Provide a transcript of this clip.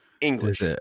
English